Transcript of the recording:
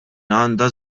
għandha